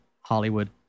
Hollywood